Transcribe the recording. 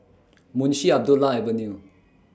Munshi Abdullah Avenue